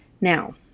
Now